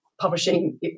publishing